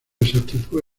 exactitud